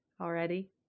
already